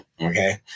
okay